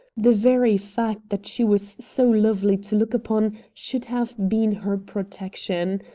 the very fact that she was so lovely to look upon should have been her protection.